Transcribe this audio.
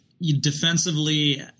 defensively